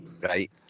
Right